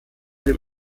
dem